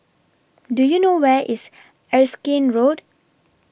Do YOU know Where IS Erskine Road